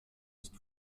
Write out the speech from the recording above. ist